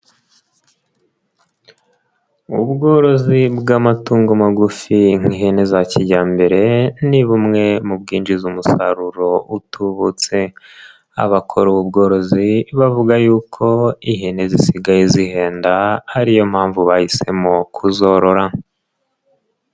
Ubworozi bw'amatungo magufi nk'ihene za kijyambere, ni bumwe mu bwinjiza umusaruro utubutse. Abakora ubugorozi bavuga y'uko ihene zisigaye zihenda, ari yo mpamvu bahisemo kuzorora.